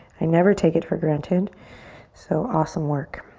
i never take it for granted so awesome work.